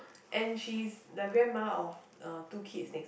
and she's the grandma of uh two kids next